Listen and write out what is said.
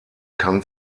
kann